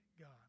God